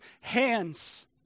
hands